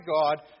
God